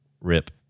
Rip